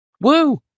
Woo